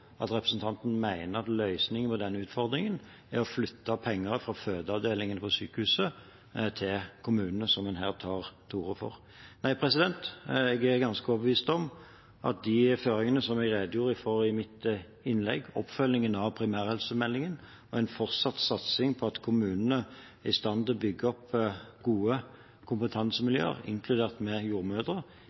at representanten mener at løsningen på den utfordringen er å flytte penger fra fødeavdelingen ved sykehusene til kommunene – som hun her tar til orde for. Jeg er ganske overbevist om at de føringene som jeg redegjorde for i mitt innlegg, oppfølging av primærhelsemeldingen og en fortsatt satsing på at kommunene er i stand til å bygge opp gode kompetansemiljøer, som inkluderer jordmødre,